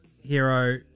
hero